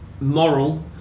moral